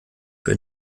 für